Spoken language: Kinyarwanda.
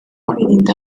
kwirinda